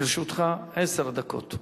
לרשותך עשר דקות.